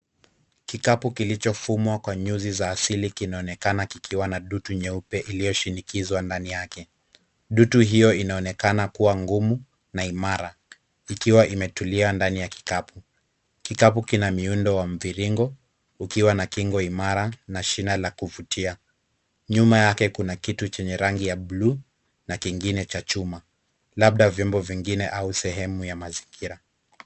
Kikapu kilichofumwa kwa nyuzi za asili kinaonekana kikiwa na dutu nyeupe iliyoshinikizwa ndani yake. Dutu hiyo inaonekana kuwa ngumu na imara. Ikiwa imetulia ndani ya kikapu. Kikapu kina miundo wa mviringo ukiwa na kingo imara na shina la kuvutia. Nyuma yake kuna kitu chenye rangi ya buluu na kingine cha chuma. Labda vyombo vingine au sehemu ya mazingira.